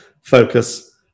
focus